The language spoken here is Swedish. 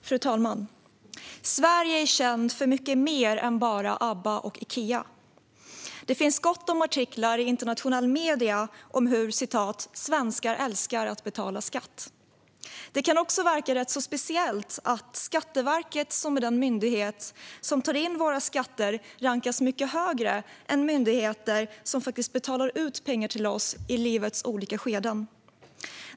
Fru talman! Sverige är känt för mycket mer än bara Abba och Ikea. Det finns gott om artiklar i internationella medier om hur svenskar älskar att betala skatt. Det kan också verka rätt speciellt att Skatteverket, som är den myndighet som tar in våra skatter, rankas mycket högre än myndigheter som i livets olika skeden betalar ut pengar till oss.